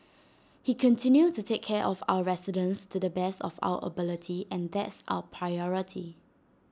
he continue to take care of our residents to the best of our ability and that's our priority